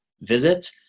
visit